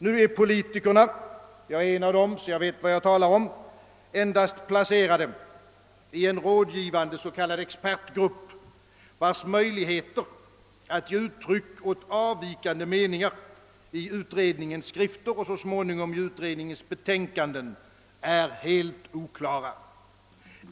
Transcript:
Nu är politikerna — jag är en av dem, så att jag vet vad jag talar om — endast placerade i en rådgivande s.k. expertgrupp, vilkens möjligheter att ge ut tryck åt avvikande meningar i utredningens skrifter och så småningom i dess betänkanden är helt oklara.